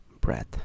breath